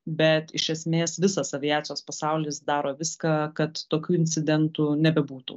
bet iš esmės visas aviacijos pasaulis daro viską kad tokių incidentų nebebūtų